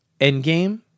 Endgame